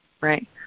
right